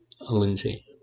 Lindsay